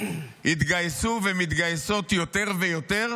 התגייסו ומתגייסות יותר ויותר,